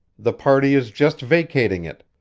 the party is just vacating it.